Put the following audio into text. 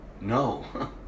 no